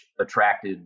attracted